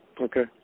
Okay